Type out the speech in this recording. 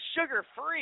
sugar-free